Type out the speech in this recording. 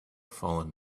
fallen